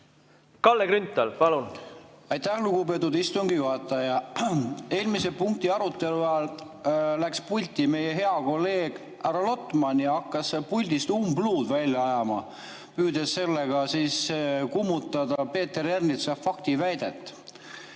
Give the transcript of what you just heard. Kalle Grünthal, palun! Aitäh, lugupeetud istungi juhataja! Eelmise punkti arutelu ajal läks pulti meie hea kolleeg härra Lotman ja hakkas puldist umbluud välja ajama, püüdes sellega kummutada Peeter Ernitsa faktiväidet.